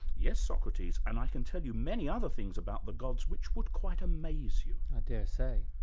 yes, socrates and i can tell you many other things about the gods which would quite amaze you. and i dare say,